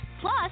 Plus